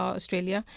Australia